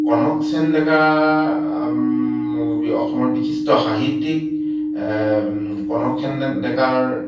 কনকসেন ডেকা অসমৰ বিশিষ্ট সাহিত্যিক কনকসেন ডেকাৰ